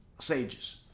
sages